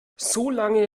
solange